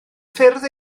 ffyrdd